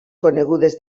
conegudes